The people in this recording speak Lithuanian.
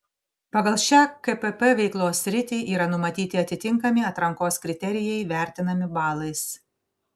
pagal šią kpp veiklos sritį yra numatyti atitinkami atrankos kriterijai vertinami balais